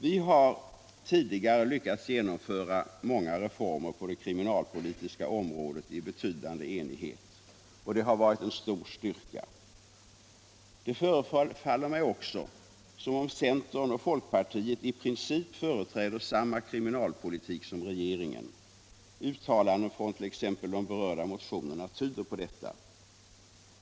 Vi har tidigare lyckats genomföra många reformer på det kriminalpolitiska området i betydande enighet. Det har varit en stor styrka. Det förefaller mig också som om centern och folkpartiet i princip företräder samma kriminalpolitik som regeringen. Uttalanden i t.ex. de berörda motionerna tyder på detta.